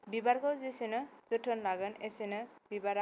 बिबारखौ जेसेनो जोथोन लागोन एसनो बिबारा